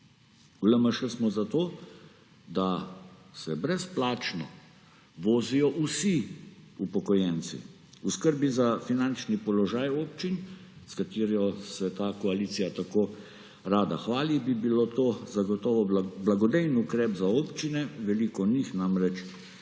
V LMŠ smo za to, da se brezplačno vozijo vsi upokojenci. V skrbi za finančni položaj občin, s katero se ta koalicija tako rada hvali, bi bil to zagotovo blagodejen ukrep za občine. Veliko njih namreč